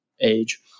age